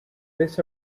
this